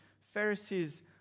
Pharisees